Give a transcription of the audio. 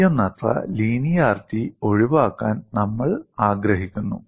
കഴിയുന്നത്ര ലീനിയറിറ്റി ഒഴിവാക്കാൻ നമ്മൾ ആഗ്രഹിക്കുന്നു